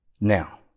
Now